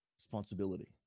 responsibility